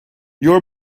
your